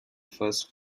first